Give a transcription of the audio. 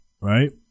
Right